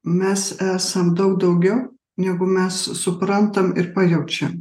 mes esam daug daugiau negu mes suprantam ir pajaučiam